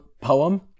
poem